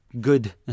good